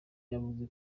yavuze